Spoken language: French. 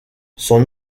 son